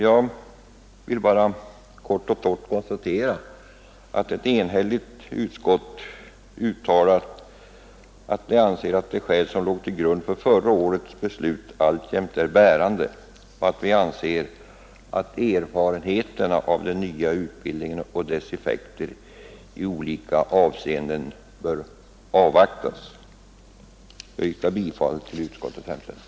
Jag vill bara kort och gott konstatera att ett enhälligt utskott uttalat att det anser att de skäl som låg till grund för förra årets beslut alltjämt är bärande och att erfarenheterna av den nya utbildningen och dess effekter i olika avseenden bör avvaktas. Jag yrkar bifall till utskottets hemställan.